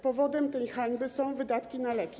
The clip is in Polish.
Powodem tej hańby są wydatki na leki.